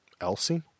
Elsie